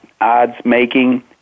odds-making